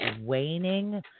waning